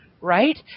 right